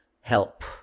help